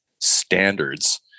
standards